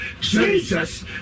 Jesus